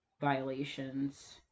violations